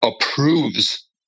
approves